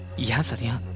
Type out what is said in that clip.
yes sir. yeah